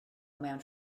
mewn